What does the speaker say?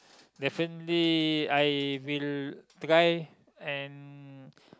definitely I will try and